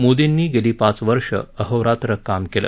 मोदींनी गेली पाच वर्ष अहोरात्र काम केलं